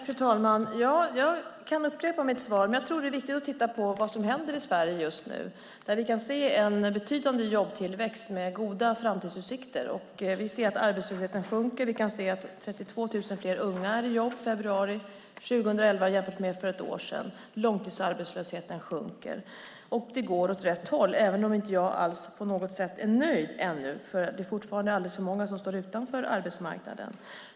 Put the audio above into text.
Fru talman! Jag kan upprepa mitt svar. Men jag tror att det är viktigt att titta på vad som händer i Sverige just nu, där vi kan se en betydande jobbtillväxt med goda framtidsutsikter. Vi ser att arbetslösheten sjunker och att 32 000 fler unga är i jobb i februari 2011 än för ett år sedan. Långtidsarbetslösheten sjunker. Det går åt rätt håll, även om jag inte alls på något sätt är nöjd ännu, för det är fortfarande alldeles för många som står utanför arbetsmarknaden.